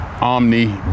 Omni